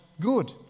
good